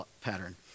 pattern